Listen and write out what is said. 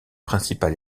principal